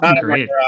great